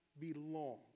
belong